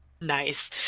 Nice